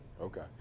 okay